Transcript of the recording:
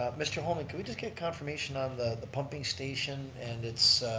mr. holman, can we just get a confirmation on the pumping station and its